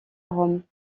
rome